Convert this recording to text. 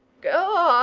go on,